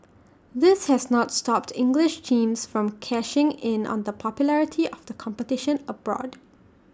this has not stopped English teams from cashing in on the popularity of the competition abroad